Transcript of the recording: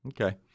Okay